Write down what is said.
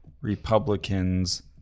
Republicans